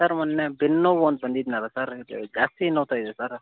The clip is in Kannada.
ಸರ್ ಮೊನ್ನೆ ಬೆನ್ನುನೋವು ಅಂತ ಬಂದಿದ್ದೆನಲ್ಲ ಸರ್ ಜಾಸ್ತಿ ನೋಯ್ತಾ ಇದೆ ಸರ್